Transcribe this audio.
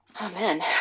Amen